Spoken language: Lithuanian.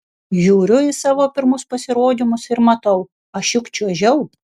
žiūriu į savo pirmus pasirodymus ir matau aš juk čiuožiau